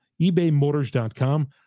ebaymotors.com